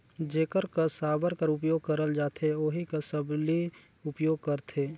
जेकर कस साबर कर उपियोग करल जाथे ओही कस सबली उपियोग करथे